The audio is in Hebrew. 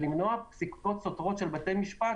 למנוע פסיקות סותרות של בתי משפט,